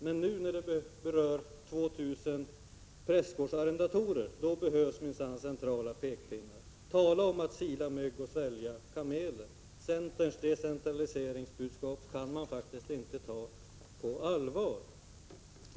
Men nu när det berör 2 000 prästgårdsarrendatorer behövs minsann centrala pekpinnar. Tala om att sila mygg och svälja kameler. Centerns decentraliseringsbudskap kan man faktiskt inte ta på allvar.